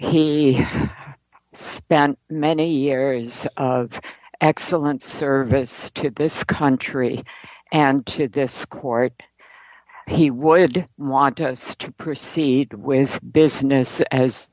he spent many areas of excellent service to this country and kidd this court he would want us to proceed with business as